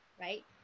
right